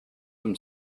from